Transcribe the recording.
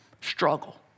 Struggle